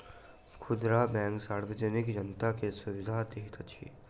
खुदरा बैंक सार्वजनिक जनता के सुविधा दैत अछि